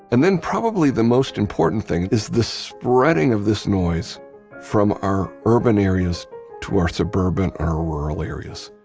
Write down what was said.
and then probably the most important thing, is the spreading of this noise from our urban areas to our suburban our rural areas.